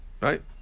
Right